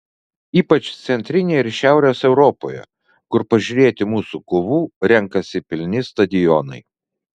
ypač centrinėje ir šiaurės europoje kur pažiūrėti mūsų kovų renkasi pilni stadionai